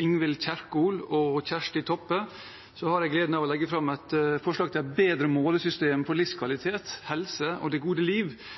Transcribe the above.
Ingvild Kjerkol, Kjersti Toppe og meg selv har jeg gleden av å legge fram representantforslag om et bedre målesystem for livskvalitet, helse og det gode liv